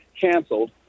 canceled